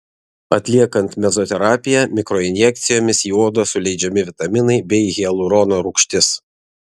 atliekant mezoterapiją mikroinjekcijomis į odą suleidžiami vitaminai bei hialurono rūgštis